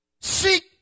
seek